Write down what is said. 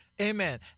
Amen